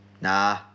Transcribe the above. Nah